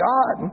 God